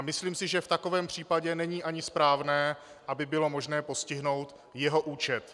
Myslím si, že v takovém případě není ani správné, aby bylo možné postihnout jeho účet.